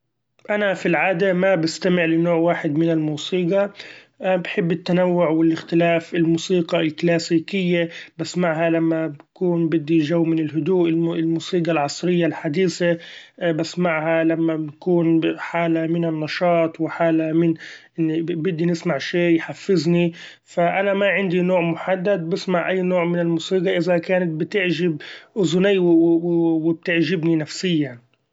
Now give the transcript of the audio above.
أنا في العادة ما بستمع لنوع واحد من الموسيقى بحب التنوع والاختلاف، الموسيقى الكلاسيكة بسمعها لما بكون بدي چو من الهدوء ، الموسيقى العصرية الحديثة بسمعها لما بكون بحالة من النشاط وحالة من بدي نسمع شي يحفزني، ف أنا ماعندي نوع محدد بسمع أي نوع من الموسيقى إذا كانت بتعچب اذني وبتعچبني نفسيا.